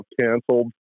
canceled